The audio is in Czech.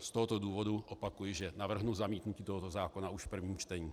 Z tohoto důvodu opakuji, že navrhnu zamítnutí tohoto zákona už v prvním čtení.